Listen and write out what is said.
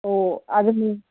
ஓ அதுவும்